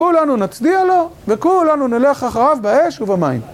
כולנו נצדיע לו, וכולנו נלך אחריו באש ובמים.